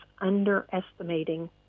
underestimating